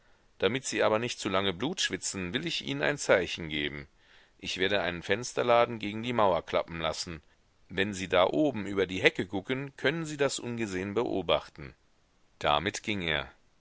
damit sie aber nicht zu lange blut schwitzen will ich ihnen ein zeichen geben ich werde einen fensterladen gegen die mauer klappen lassen wenn sie da oben über die hecke gucken können sie das ungesehen beobachten damit ging er